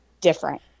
different